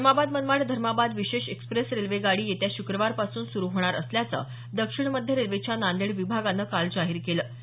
धर्माबाद मनमाड धर्माबाद विशेष एक्स्प्रेस रेल्वेगाडी येत्या शुक्रवारपासून सुरु होणार असल्याचं दक्षिण मध्य रेल्वेच्या नांदेड विभागानं काल जाहीर केलं